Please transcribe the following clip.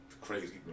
Crazy